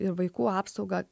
ir vaikų apsaugą